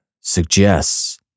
suggests